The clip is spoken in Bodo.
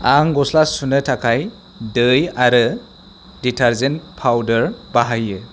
आं गस्ला सुनो थाखाय दै आरो दिटारजेन्ट फावदार बाहायो